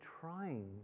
trying